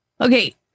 Okay